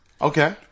Okay